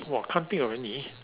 !wah! can't think of any